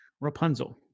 Rapunzel